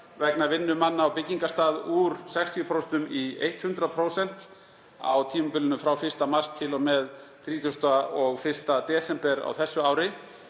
vegna vinnu manna á byggingarstað úr 60% í 100% á tímabilinu frá 1. mars til og með 31. desember 2020.